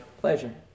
pleasure